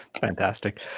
Fantastic